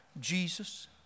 Jesus